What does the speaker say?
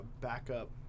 backup